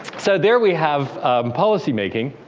so there we have policy making.